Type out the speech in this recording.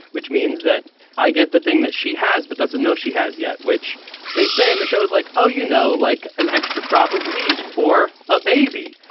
which means that i get the thing that she has but doesn't know she has yet, which they say in the show is like, oh, you know, like an extra crop of wheat or a baby.